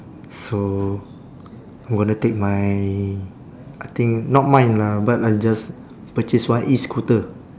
so I wanna take my I think not mine lah but I'll just purchase one e-scooter